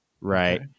right